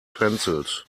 pencils